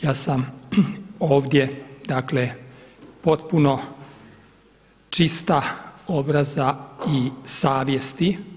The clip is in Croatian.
Ja sam ovdje dakle potpuno čista obraza i savjesti.